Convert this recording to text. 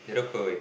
little quail egg